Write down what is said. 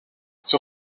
sur